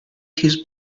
his